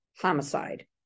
homicide